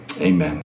Amen